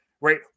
right